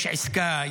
יש עסקה,